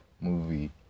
movie